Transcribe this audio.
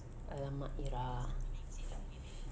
!alamak! ira